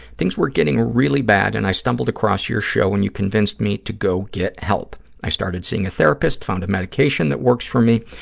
things were getting really bad and i stumbled across your show and you convinced me to go get help. i started seeing a therapist, found a medication that works for me,